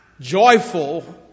joyful